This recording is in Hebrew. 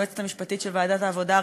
היועצת המשפטית של ועדת העבודה,